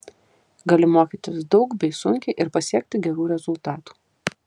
gali mokytis daug bei sunkiai ir pasiekti gerų rezultatų